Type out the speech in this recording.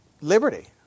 Liberty